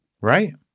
right